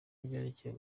n’ibyerekeye